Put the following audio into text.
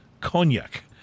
Cognac